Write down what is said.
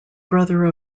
brother